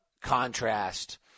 contrast